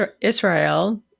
Israel